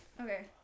Okay